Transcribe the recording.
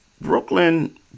Brooklyn